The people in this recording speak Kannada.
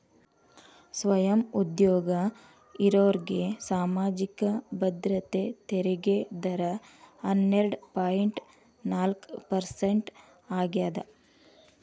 ಸ್ವಯಂ ಉದ್ಯೋಗ ಇರೋರ್ಗಿ ಸಾಮಾಜಿಕ ಭದ್ರತೆ ತೆರಿಗೆ ದರ ಹನ್ನೆರಡ್ ಪಾಯಿಂಟ್ ನಾಲ್ಕ್ ಪರ್ಸೆಂಟ್ ಆಗ್ಯಾದ